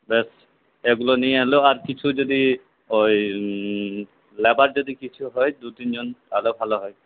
ব্যস এগুলো নিয়ে এল আর কিছু যদি ওই লেবার যদি কিছু হয় দু তিনজন আরও ভালো হয়